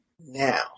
now